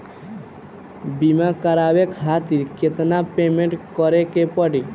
बीमा करावे खातिर केतना पेमेंट करे के पड़ी?